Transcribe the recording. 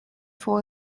for